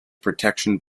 protection